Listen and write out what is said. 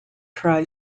tri